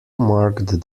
marked